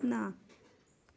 ਨਾ